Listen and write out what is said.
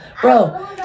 Bro